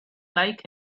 like